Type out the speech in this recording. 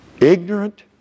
Ignorant